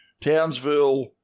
Townsville